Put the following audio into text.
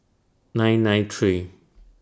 nine nine three